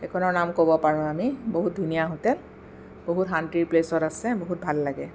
এইখনৰ নাম ক'ব পাৰোঁ আমি বহুত ধুনীয়া হোটেল বহুত শান্তিৰ প্লেচত আছে বহুত ভাল লাগে